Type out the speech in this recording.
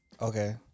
Okay